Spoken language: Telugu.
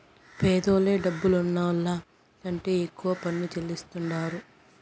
పేదోల్లే డబ్బులున్నోళ్ల కంటే ఎక్కువ పన్ను చెల్లిస్తాండారు